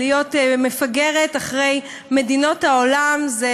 מפגרת אחרי מדינות העולם זה